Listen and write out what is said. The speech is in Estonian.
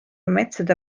metsade